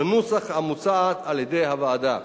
בנוסח המוצע על-ידי הוועדה.